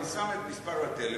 אני שם את מספר הטלפון